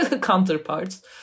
counterparts